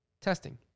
testing